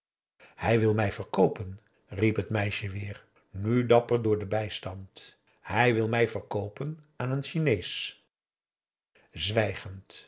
hij wil mij verkoopen riep het meisje weer nu dapper door den bijstand hij wil mij verkoopen aan een chinees zwijgend